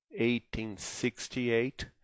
1868